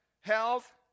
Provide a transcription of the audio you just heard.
health